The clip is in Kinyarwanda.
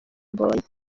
mbonye